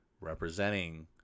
representing